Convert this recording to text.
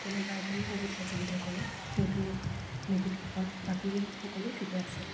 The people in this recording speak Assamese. কোনোবা এদিন বহুত অসুবিধা কৰে সেইটোৱেই নিগেটিভ পইণ্ট বাকী সকলো ঠিকে আছে